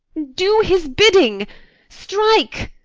do his bidding strike.